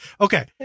Okay